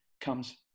comes